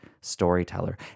storyteller